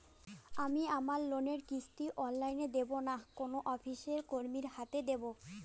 আমি আমার লোনের কিস্তি অনলাইন দেবো না কোনো অফিসের কর্মীর হাতে দেবো?